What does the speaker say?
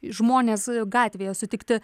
žmonės gatvėje sutikti